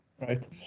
Right